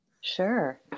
Sure